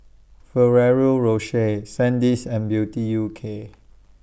Ferrero Rocher Sandisk and Beauty U K